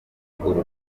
uru